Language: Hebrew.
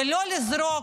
-- ולא לזרוק,